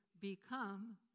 become